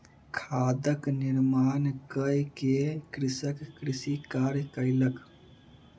खादक निर्माण कय के कृषक कृषि कार्य कयलक